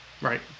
Right